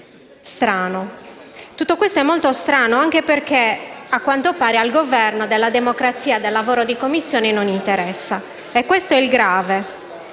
Strano, tutto questo è molto strano, anche perché, a quanto pare, al Governo della democrazia e del lavoro di Commissione non interessa, e ciò è grave.